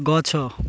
ଗଛ